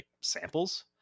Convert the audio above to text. samples